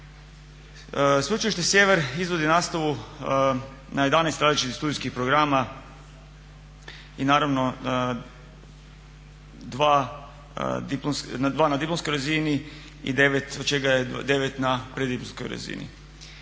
Sveučilište Sjever izvodi nastavu na jedanaest različitih studijskih programa i naravno dva diplomska, dva na diplomskoj razini